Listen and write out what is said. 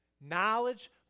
Knowledge